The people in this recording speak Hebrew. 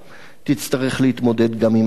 תצטרך להתמודד גם עם עברה.